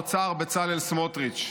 האוצר,